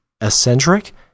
eccentric